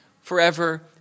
forever